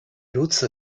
如此